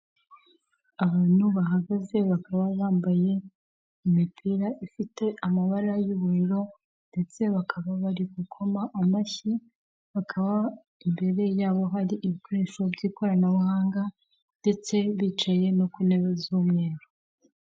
Abantu bahagaze bakaba bambaye imipira ifite amabara y'ubururu ndetse bakaba bari gukoma amashyi, hakaba imbere yabo hari ibikoresho by'ikoranabuhanga ndetse bicaye no ku ntebe z'umweru.